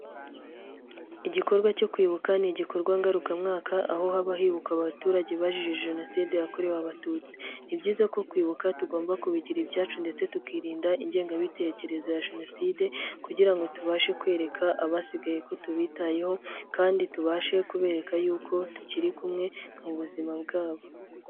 Igikorwa cyo kwibuka, ni igikorwa ngaruka mwaka aho haba hibukwa abaturage bajije jenoside yakorewe abatutsi, ni byiza ko kwibuka tugomba kubigira ibyacu ndetse tukirinda ingengabitekerezo ya jenoside, kugira ngo tubashe kwereka abasigaye ko tubitayeho kandi tubashe kubereka y'uko tukiri kumwe mu buzima bwabo.